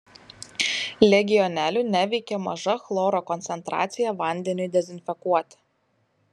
legionelių neveikia maža chloro koncentracija vandeniui dezinfekuoti